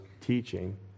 teaching